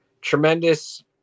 Tremendous